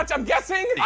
um i'm guessing?